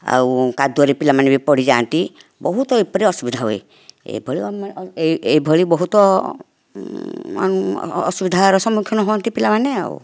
ଆଉ କାଦୁଅରେ ପିଲାମାନେ ବି ପଡ଼ିଯାଆନ୍ତି ବହୁତ ଏପରି ଅସୁବିଧା ହୁଏ ଏଭଳି ଏଭଳି ବହୁତ ଅସୁବିଧାର ସମ୍ମୁଖୀନ ହୁଅନ୍ତି ପିଲାମାନେ ଆଉ